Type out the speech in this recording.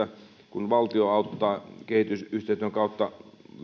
kun valtio auttaa kehitysyhteistyön kautta